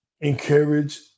encourage